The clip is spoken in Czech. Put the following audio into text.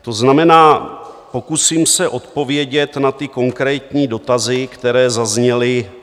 To znamená, pokusím se odpovědět na konkrétní dotazy, které zazněly.